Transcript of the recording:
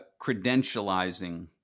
credentializing